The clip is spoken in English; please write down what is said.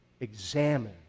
examine